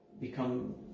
become